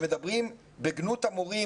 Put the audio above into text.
שמדברים בגנות המורים,